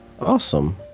Awesome